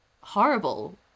horrible